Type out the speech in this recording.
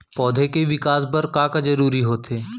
पौधे के विकास बर का का जरूरी होथे?